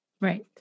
Right